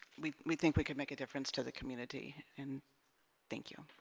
we we think we could make a difference to the community and thank you